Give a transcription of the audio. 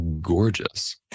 gorgeous